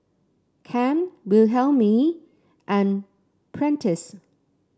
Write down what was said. Cam Wilhelmine and Prentiss